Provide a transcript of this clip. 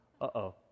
Uh-oh